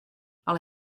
ale